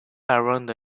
around